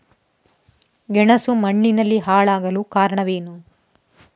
ಗೆಣಸು ಮಣ್ಣಿನಲ್ಲಿ ಹಾಳಾಗಲು ಕಾರಣವೇನು?